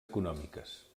econòmiques